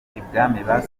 basabaga